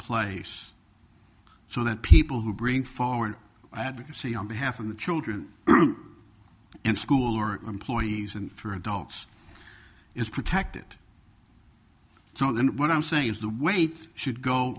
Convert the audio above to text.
place so that people who bring forward advocacy on behalf of the children and school or employees and for adults is protected so then what i'm saying is the weight should go